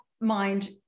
mind